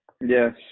yes